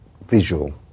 visual